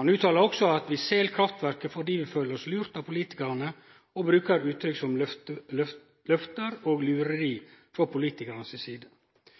Han uttaler også at dei sel kraftverket fordi dei føler seg lurte av politikarane, og brukar uttrykk som løfte og lureri frå politikarane si side.